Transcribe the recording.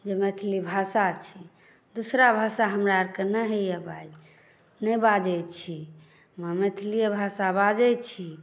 जे मैथिली भाषा छी दूसरा भाषा हमरा आओरकेँ नहि होइए बाजि नहि बाजैत छी हँ मैथिलीए भाषा बाजैत छी